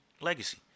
legacy